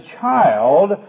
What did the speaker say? child